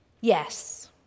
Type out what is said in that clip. Yes